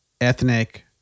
ethnic